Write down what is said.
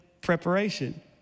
preparation